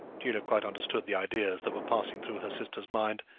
julia quite understood the ideas that were passing through her sister's mind,